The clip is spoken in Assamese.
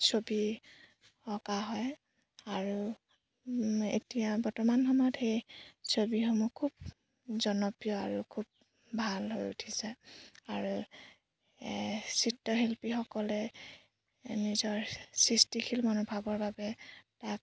ছবি অঁকা হয় আৰু এতিয়া বৰ্তমান সময়ত সেই ছবিসমূহ খুব জনপ্ৰিয় আৰু খুব ভাল হৈ উঠিছে আৰু চিত্ৰশিল্পীসকলে নিজৰ সৃষ্টিশীল মনোভাৱৰ বাবে তাক